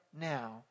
now